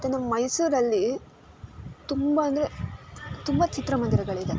ಮತ್ತು ನಮ್ಮ ಮೈಸೂರಲ್ಲಿ ತುಂಬ ಅಂದರೆ ತುಂಬ ಚಿತ್ರಮಂದಿರಗಳಿದೆ